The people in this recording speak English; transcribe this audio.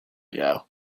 ago